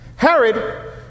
Herod